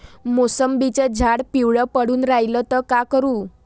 मोसंबीचं झाड पिवळं पडून रायलं त का करू?